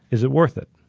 is it worth it?